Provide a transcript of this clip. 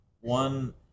one